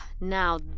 Now